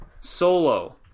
Solo